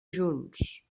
junts